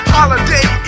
Holiday